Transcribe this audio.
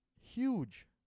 huge